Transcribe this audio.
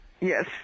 Yes